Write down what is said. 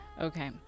Okay